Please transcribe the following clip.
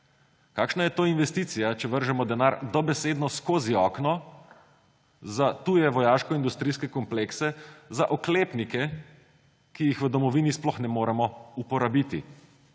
Kakšna je to investicija, če vržemo denar dobesedno skozi okno za tuje vojaškoindustrijske komplekse, za oklepnike, ki jih v domovini sploh ne moremo uporabiti?